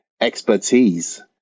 expertise